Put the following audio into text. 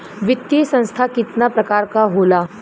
वित्तीय संस्था कितना प्रकार क होला?